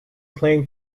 playing